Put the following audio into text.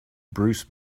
bruce